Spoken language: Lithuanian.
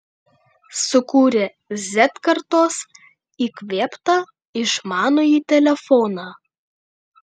sukūrė z kartos įkvėptą išmanųjį telefoną